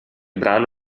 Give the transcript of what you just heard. brano